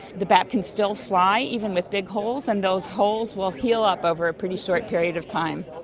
the bat can still fly, even with big holes, and those holes will heal up over a pretty short period of time.